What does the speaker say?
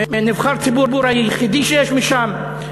נבחר ציבור היחיד שיש משם,